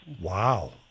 Wow